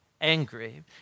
angry